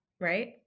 right